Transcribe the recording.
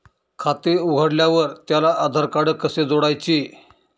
खाते उघडल्यावर त्याला आधारकार्ड कसे जोडायचे?